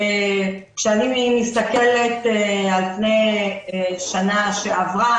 כשאני מסתכלת על פני שנה שעברה,